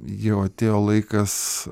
jau atėjo laikas